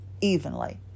evenly